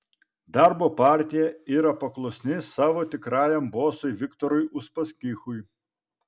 darbo partija yra paklusni savo tikrajam bosui viktorui uspaskichui